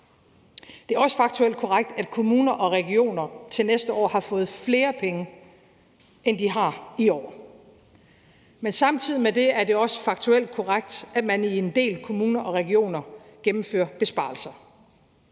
Det er også faktuelt korrekt, at kommuner og regioner til næste år har fået flere penge, end de har i år. Men samtidig med det er det også faktuelt korrekt, at man i en del kommuner og regioner gennemfører besparelser.